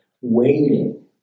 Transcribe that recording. waiting